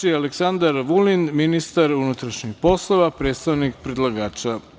Reč ima Aleksandar Vulin, ministar unutrašnjih poslova, predstavnik predlagača.